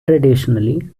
traditionally